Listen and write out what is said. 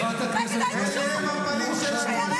לא היית שורד דקה במדינה הזאת.